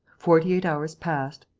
forty-eight hours passed.